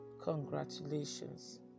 Congratulations